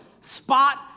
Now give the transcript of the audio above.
spot